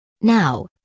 Now